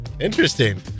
Interesting